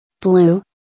Blue